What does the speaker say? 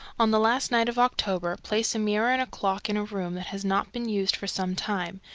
on the last night of october place a mirror and a clock in a room that has not been used for some time,